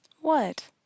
What